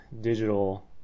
digital